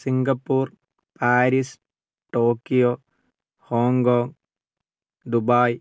Singapore Paris Tokyo Hong Kong Dubai